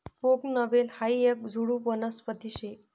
बोगनवेल हायी येक झुडुप वनस्पती शे